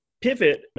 pivot